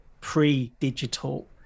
pre-digital